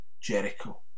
Jericho